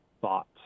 thoughts